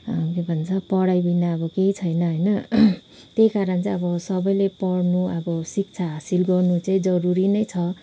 के भन्छ पढाइ बिना अब केही छैन होइन त्यही कारण चाहिँ अब सबैले पढनु अब शिक्षा हासिल गर्नु चाहिँ जरुरी नै छ